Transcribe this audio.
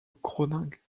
groningue